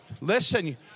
Listen